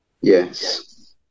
Yes